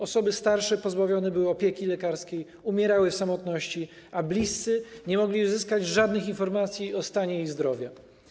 Osoby starsze pozbawione były opieki lekarskiej, umierały w samotności, a bliscy nie mogli uzyskać żadnych informacji o stanie ich zdrowia.